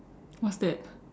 what's that